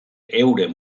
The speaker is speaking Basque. euren